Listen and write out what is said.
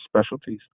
specialties